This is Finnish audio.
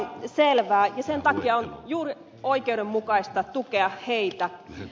sen takia on juuri oikeudenmukaista tukea heitä